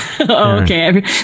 Okay